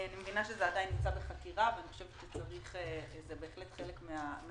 אני מבינה שזה עדיין נמצא בחקירה ואני חושבת שזה בהחלט חלק מההיערכות.